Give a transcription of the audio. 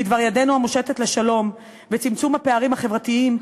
בדבר ידנו המושטת לשלום ובדבר צמצום הפערים החברתיים,